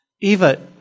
Eva